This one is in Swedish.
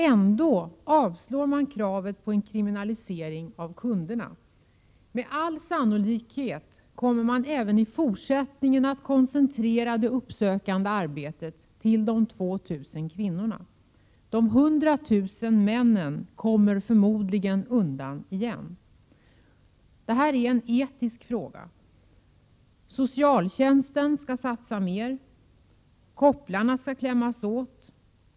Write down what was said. Ändå avstyrker man kravet på en kriminalisering av kundernas beteende. Med all sannolikhet kommer man även i fortsättningen att koncentrera det uppsökande arbetet till de 2 000 kvinnorna. De 100 000 männen kommer förmodligen undan igen. Detta är en etisk fråga. Socialtjänsten skall satsa mer. Kopplarna skall klämmas åt.